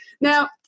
Now